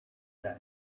day